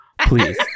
please